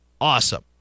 Awesome